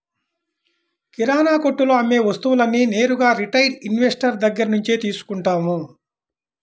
కిరణాకొట్టులో అమ్మే వస్తువులన్నీ నేరుగా రిటైల్ ఇన్వెస్టర్ దగ్గర్నుంచే తీసుకుంటాం